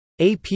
AP